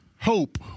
hope